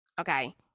okay